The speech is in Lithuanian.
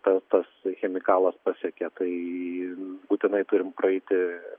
ta tas chemikalas pasiekė tai būtinai turim praeiti